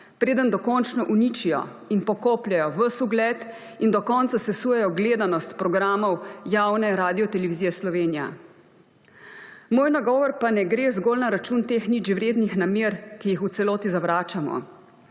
preden dokončno uničijo in pokopljejo ves ugled in do konca sesujejo gledanost programov javne Radiotelevizije Slovenija. Moj nagovor pa ne gre zgolj na račun teh ničvrednih namer, ki jih v celoti zavračamo.